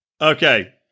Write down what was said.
Okay